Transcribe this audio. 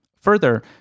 Further